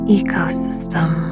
ecosystem